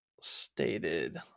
stated